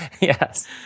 Yes